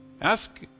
Ask